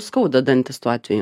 skauda dantis tuo atveju